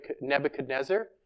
Nebuchadnezzar